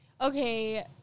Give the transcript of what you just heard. okay